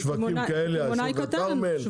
שוק הכרמל?